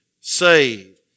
saved